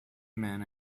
men